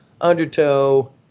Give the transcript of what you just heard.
undertow